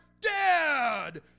dad